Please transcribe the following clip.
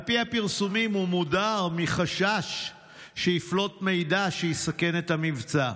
על פי הפרסומים הוא מודר מחשש שיפלוט מידע שיסכן את המבצע.